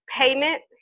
payment